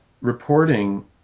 reporting